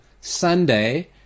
Sunday